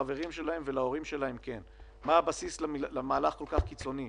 מה הבסיס למהלך כל כך קיצוני?"